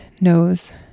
knows